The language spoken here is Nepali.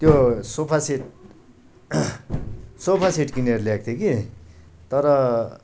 त्यो सोफासेट सोफासेट किनेर ल्याएको थिएँ कि तर